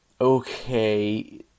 Okay